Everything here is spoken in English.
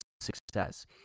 success